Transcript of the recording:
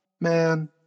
man